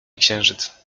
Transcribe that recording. księżyc